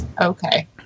Okay